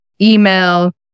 email